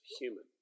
human